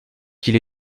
qu’il